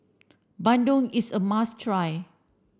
Bandung is a must try